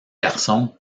garçon